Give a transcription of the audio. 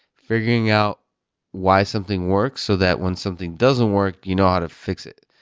figuring out why something works so that when something doesn't work you know how to fix it.